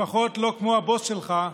לפחות לא כמו הבוס שלך,